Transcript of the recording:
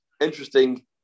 interesting